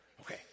Okay